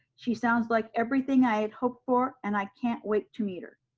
she sounds like everything i had hoped for and i can't wait to meet her.